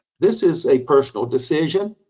this is a personal decision.